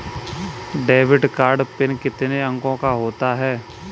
Debit card PIN कितने अंकों का होता है?